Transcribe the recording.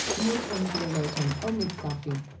muslim theologian omid safi.